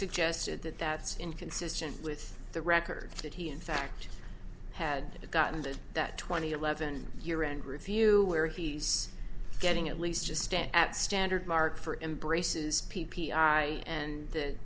suggested that that's inconsistent with the record that he in fact had gotten to that twenty eleven year end review where he's getting at least just stay at standard mark for embraces p p i and